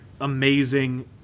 amazing